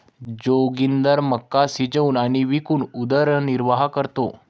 जोगिंदर मका शिजवून आणि विकून उदरनिर्वाह करतो